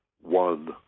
one